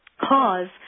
cause